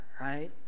right